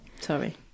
sorry